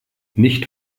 nicht